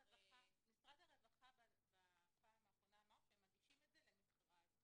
משרד הרווחה בפעם האחרונה אמר שהם מגישים את זה למכרז.